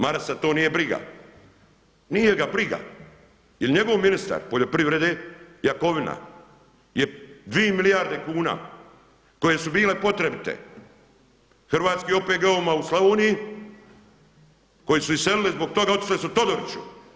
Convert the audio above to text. Marasa to nije briga, nije ga briga jer njegov ministar poljoprivrede Jakovina je 2 milijarde kuna koje su bile potrebite hrvatskim OPG-ovim u Slavoniji koje su iselile zbog toga otišle su Todoriću.